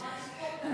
את יכולה לספור אותנו,